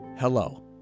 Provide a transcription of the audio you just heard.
Hello